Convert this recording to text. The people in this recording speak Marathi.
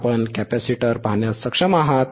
आपण कॅपेसिटर पाहण्यास सक्षम आहात